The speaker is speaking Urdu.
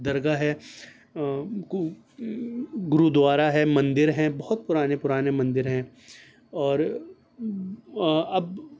درگاہ ہے گرودوارہ ہے مندر ہیں بہت پرانے پرانے مندر ہیں اور اب